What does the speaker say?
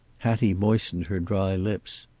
hattie moistened her dry lips.